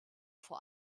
vor